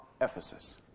Ephesus